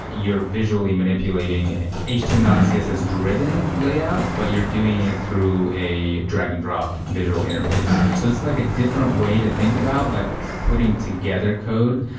you're visually manipulating html and css driven layout, but you're doing it through a drag and-drop visual interface. so it's like a different way to think about like putting together code.